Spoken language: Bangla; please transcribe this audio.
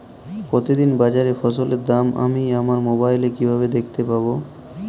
প্রতিদিন বাজারে ফসলের দাম আমি আমার মোবাইলে কিভাবে দেখতে পাব?